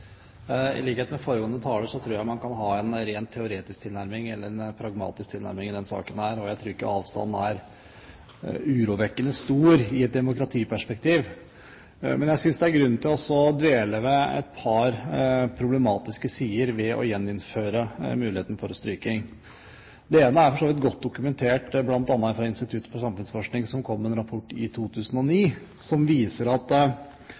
tror jeg man kan ha en rent teoretisk tilnærming eller en pragmatisk tilnærming i denne saken. Jeg tror ikke avstanden er urovekkende stor i et demokratiperspektiv, men jeg synes det er grunn til å dvele ved et par problematiske sider ved å gjeninnføre muligheten til å stryke. Det ene er for så vidt godt dokumentert, bl.a. fra Institutt for samfunnsforskning, som kom med en rapport i 2009. Den konkluderer med at